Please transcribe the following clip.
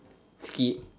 keep